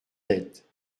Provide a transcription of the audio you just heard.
tête